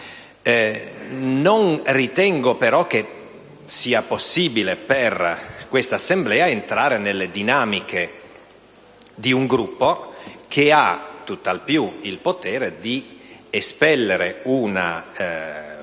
Non ritengo però che sia possibile per quest'Assemblea entrare nelle dinamiche di un Gruppo, il quale tutt'al più ha il potere di espellere un